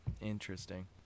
interesting